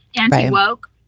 anti-woke